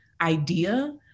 idea